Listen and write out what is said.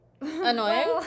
Annoying